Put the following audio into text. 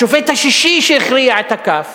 השופט השישי, שהכריע את הכף,